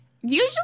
Usually